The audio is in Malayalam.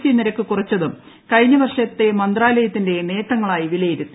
ടി നിരക്ക് കുറച്ചതും കഴിഞ്ഞ വർഷത്തെ മന്ത്രാലയത്തിന്റെ നേട്ടങ്ങളായി വിലയിരുത്തി